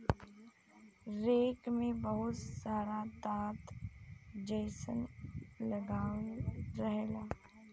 rake में बहुत सारा दांत जइसन लागल रहेला